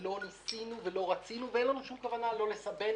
לא ניסינו ולא רצינו ואין לנו שום כוונה "לסבן"